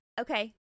Okay